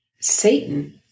Satan